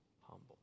Humble